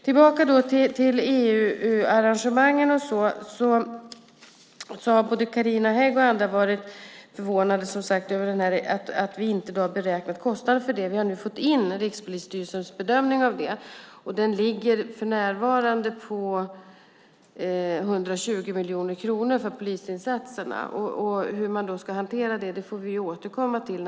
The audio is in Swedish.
För att återgå till EU-arrangemangen har både Carina Hägg och andra varit förvånade över att vi inte har beräknat kostnaden för polisinsatserna. Vi har nu fått in Rikspolisstyrelsens bedömning, och den ligger för närvarande på 120 miljoner kronor. Hur man ska hantera det får vi naturligtvis återkomma till.